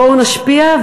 בואו נשפיע.